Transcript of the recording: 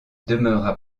demeura